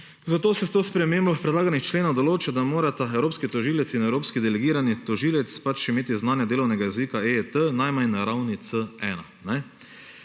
zato se s to spremembo predlaganih členov določa, da morata evropski tožilec in evropski delegirani tožilec pač imeti znanje delovnega jezika EJT najmanj na ravni C1.